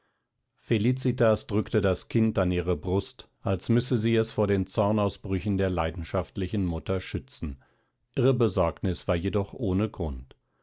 felicitas drückte das kind an ihre brust als müsse sie es vor den zornausbrüchen der leidenschaftlichen mutter schützen ihre besorgnis war jedoch ohne grund